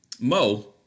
Mo